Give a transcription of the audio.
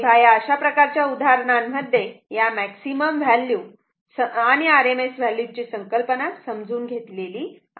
तेव्हा अशा प्रकारच्या उदाहरणांमध्ये आपण समजण्यासाठी मॅक्सिमम व्हॅल्यूज आणि RMS व्हॅल्यूज ची संकल्पना समजून घेतली आहे